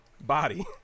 body